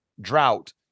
drought